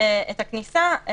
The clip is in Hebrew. את הכניסה.